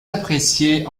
apprécié